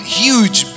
huge